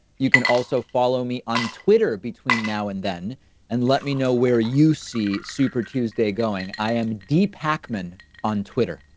you can also follow me on twitter, between now and then and let me know where you see super tuesday, going. i am depacman on twitter